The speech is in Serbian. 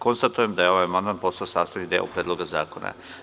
Konstatujem da je ovaj amandman postao sastavni deo Predloga zakona.